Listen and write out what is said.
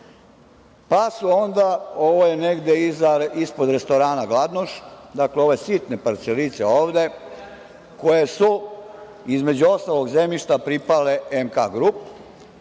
Pa su onda negde ispod restorana „Gladnoš“, dakle ove sitne parcelice ovde koje su između ostalog zemljišta pripala „MK